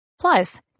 plus